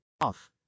Off